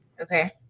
Okay